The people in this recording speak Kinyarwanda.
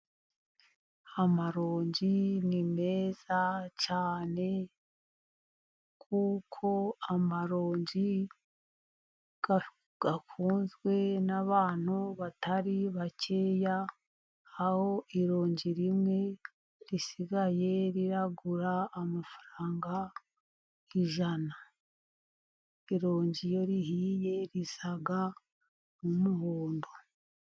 Amaronji ni meza cyane kuko amaronji akunzwe n'abantu batari bakeya, aho ironje rimwe risigaye riragura amafaranga ijana. Irongi iyo rihiye risa n'umuhondo.